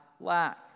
lack